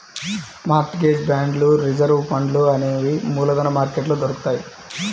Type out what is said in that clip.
mart gauge బాండ్లు reserve ఫండ్లు అనేవి మూలధన మార్కెట్లో దొరుకుతాయ్